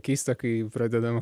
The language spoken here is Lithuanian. keista kai pradedam